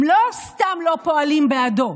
הם לא סתם לא פועלים בעדו,